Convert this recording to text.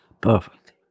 Perfect